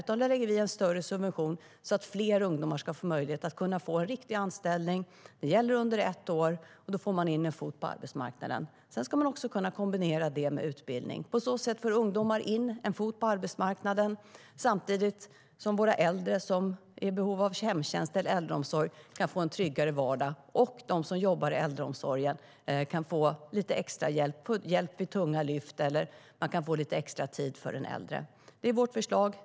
Där lägger vi in en större subvention så att fler ungdomar ska få möjlighet att få en riktig anställning. Det gäller under ett år. Då får man in en fot på arbetsmarknaden. Sedan ska man kunna kombinera det med utbildning. På så sätt får ungdomar in en fot på arbetsmarknaden samtidigt som våra äldre, som är i behov av hemtjänst eller äldreomsorg, kan få en tryggare vardag. Och de som jobbar i äldreomsorgen kan få lite extra hjälp, hjälp med tunga lyft, eller få lite extra tid för de äldre. Det är vårt förslag.